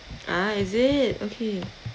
ah is it okay